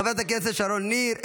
חברת הכנסת שרון ניר,